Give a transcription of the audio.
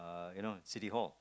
you know in City-Hall